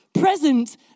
present